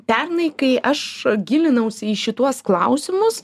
pernai kai aš gilinausi į šituos klausimus